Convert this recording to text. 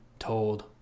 told